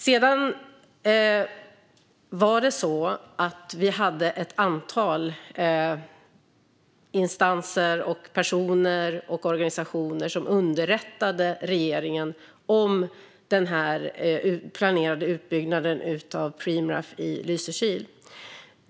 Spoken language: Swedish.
Sedan var det ett antal instanser, personer och organisationer som underrättade regeringen om den planerade utbyggnaden av Preemraff i Lysekil.